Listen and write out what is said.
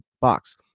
box